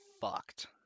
fucked